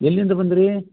ಎಲ್ಲಿಂದ ಬಂದಿರಿ